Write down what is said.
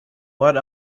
what